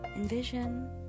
Envision